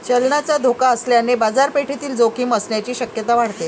चलनाचा धोका असल्याने बाजारपेठेतील जोखीम असण्याची शक्यता वाढते